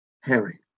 Harry